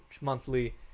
monthly